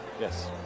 Yes